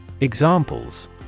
Examples